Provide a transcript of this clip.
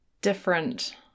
different